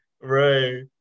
right